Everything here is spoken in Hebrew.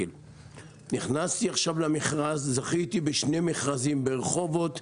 נכנסתי עכשיו למכרז, זכיתי בשני מכרזים ברחובות,